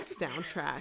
soundtrack